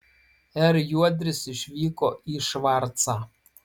r juodris išvyko į švarcą